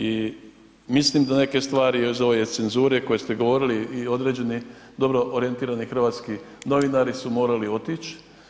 I mislim da za neke stvari i za ove cenzure koje ste govorili i određeni dobro orijentirani hrvatski novinari su morali otić.